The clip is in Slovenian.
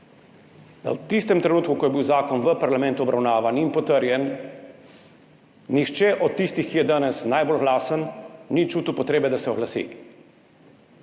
da v tistem trenutku, ko je bil zakon v parlamentu obravnavan in potrjen, nihče od tistih, ki je danes najbolj glasen, ni čutil potrebe, da se oglasi.